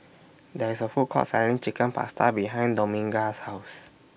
There IS A Food Court Selling Chicken Pasta behind Dominga's House